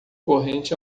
corrente